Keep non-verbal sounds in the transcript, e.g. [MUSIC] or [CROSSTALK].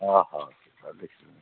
হ্যাঁ হ্যাঁ [UNINTELLIGIBLE]